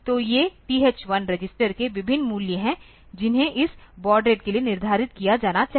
तो ये TH1 register के विभिन्न मूल्य हैं जिन्हें इस बॉड रेट के लिए निर्धारित किया जाना चाहिए